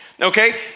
okay